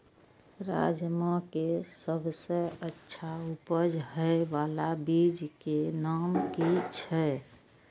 राजमा के सबसे अच्छा उपज हे वाला बीज के नाम की छे?